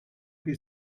che